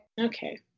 Okay